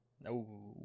no